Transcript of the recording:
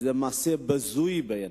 זה מעשה בזוי בעיני.